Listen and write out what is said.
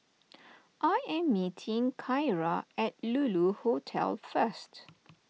I am meeting Kyra at Lulu Hotel first